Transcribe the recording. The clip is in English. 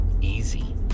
easy